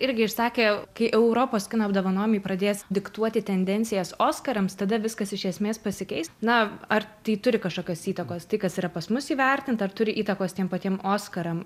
irgi išsakė kai europos kino apdovanojimai pradės diktuoti tendencijas oskarams tada viskas iš esmės pasikeis na ar tai turi kažkokios įtakos tai kas yra pas mus įvertinta ar turi įtakos tiem patiem oskaram